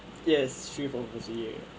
yes